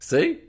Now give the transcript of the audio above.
See